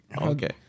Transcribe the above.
Okay